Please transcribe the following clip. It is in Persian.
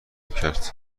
کرد